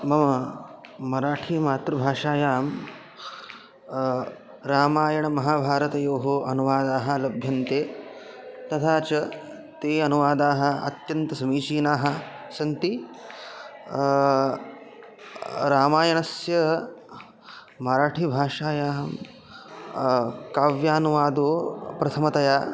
मम मराठी मातृभाषायां रामायणमहाभारतयोः अनुवादाः लभ्यन्ते तथा च ते अनुवादाः अत्यन्त समीचीनाः सन्ति रामायणस्य मराठीभाषायां काव्यानुवादो प्रथमतया